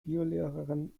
biolehrerin